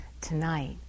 tonight